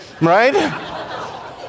Right